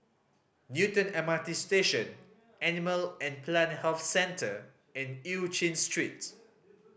Newton M R T Station Animal and Plant Health Centre and Eu Chin Street